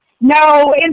No